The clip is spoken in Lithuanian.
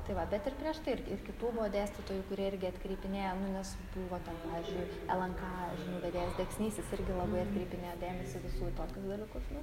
tai va bet ir prieš tai ir ir kitų buvo dėstytojų kurie irgi atkreipinėjo nu nes buvo ten pavyzdžiui lnk žinių vedėjas deksnys jis irgi labai atkreipinėjo dėmesį visų į tokius dalykus nu